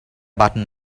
button